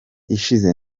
ishize